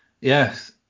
yes